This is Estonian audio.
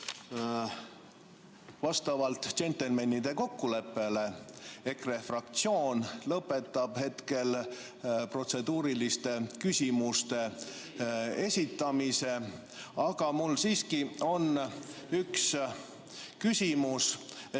Vastavalt džentelmenide kokkuleppele EKRE fraktsioon lõpetab hetkel protseduuriliste küsimuste esitamise. Aga mul on siiski üks küsimus.